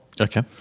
Okay